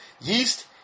Yeast